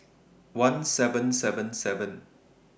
one thousand seven hundred and seventy seven